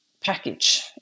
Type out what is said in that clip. package